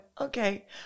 okay